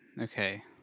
Okay